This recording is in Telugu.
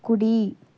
కుడి